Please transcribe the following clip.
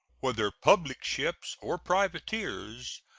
whether public ships or privateers,